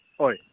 Oi